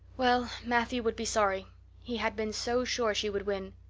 well, matthew would be sorry he had been so sure she would win.